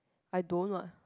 I don't what